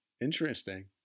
Interesting